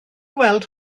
weld